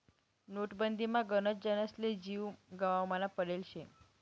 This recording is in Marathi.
नोटबंदीमा गनच जनसले जीव गमावना पडेल शे